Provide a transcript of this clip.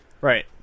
Right